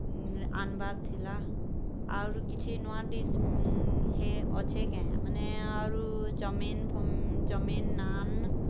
ଆନବାର୍ ଥିଲା ଆର୍ କିଛି ନୂଆ ଡିସ୍ ହେ ଅଛେ କେଁ ମାନେ ଆରୁ ଚମିନ୍ ଫମି ଚମିନ୍ ନାନ୍